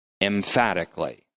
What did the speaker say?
emphatically